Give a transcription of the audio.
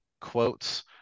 quotes